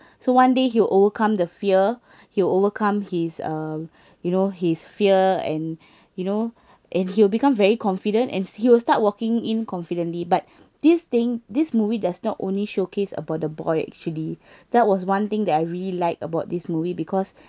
so one day he will overcome the fear he will overcome his uh you know his fear and you know and he will become very confident and he will start walking in confidently but this thing this movie does not only showcase about the boy actually that was one thing that I really like about this movie because